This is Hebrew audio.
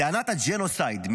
טענת הג'נוסייד,